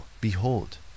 behold